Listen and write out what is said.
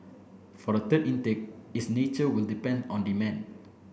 for the third intake its nature will depend on demand